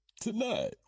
Tonight